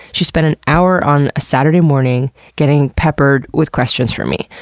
she spent an hour on a saturday morning getting peppered with questions from me.